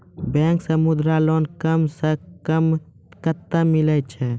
Bank से मुद्रा loan कम सऽ कम कतैय मिलैय छै?